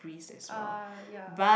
uh ya